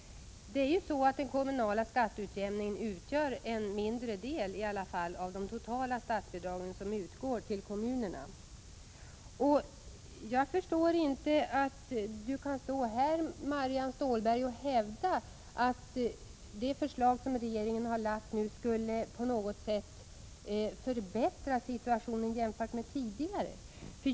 Den kommunala skatteutjämningen utgör i alla fall en mindre del av de totala statsbidragen som utgår till kommunerna. Jag förstår inte att Marianne Stålberg kan stå här och hävda att det förslag som regeringen nu har lagt fram skulle på något sätt förbättra situationen jämfört med tidigare.